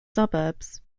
suburbs